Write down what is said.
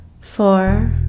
Four